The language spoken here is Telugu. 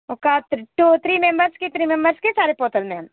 ఒక త్రి టూ త్రీ మెంబర్స్కి టూ మెంబర్స్కి సరిపోతుంది మేం